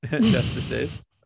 justices